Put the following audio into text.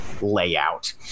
layout